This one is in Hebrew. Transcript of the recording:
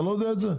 אתה לא יודע את זה?